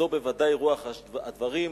זו בוודאי רוח הדברים,